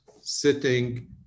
sitting